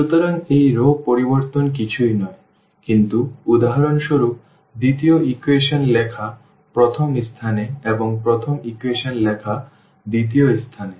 সুতরাং এই রও পরিবর্তন কিছুই নয় কিন্তু উদাহরণস্বরূপ দ্বিতীয় ইকুয়েশন লেখা প্রথম স্থানে এবং প্রথম ইকুয়েশন লেখা দ্বিতীয় স্থানে